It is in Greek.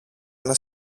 ένα